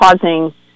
causing